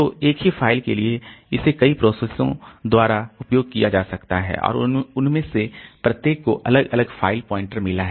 तो एक ही फाइल के लिए इसे कई प्रोसेस द्वारा उपयोग किया जा सकता है और उनमें से प्रत्येक को अलग अलग फ़ाइल पॉइंटर मिला है